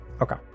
Okay